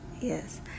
Yes